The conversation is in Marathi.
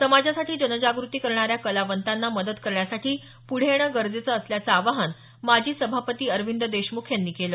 समाजासाठी जनजागृती करणाऱ्या कलावंतांना मदत करण्यासाठी पुढं येणं गरजेचं असल्याचं आवाहन माजी सभापती अरविंद देशमुख यांनी यावेळी केलं